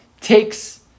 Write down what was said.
takes